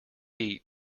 eat